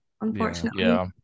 unfortunately